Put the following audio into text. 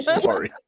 Sorry